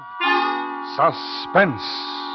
Suspense